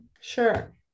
sure